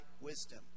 wisdom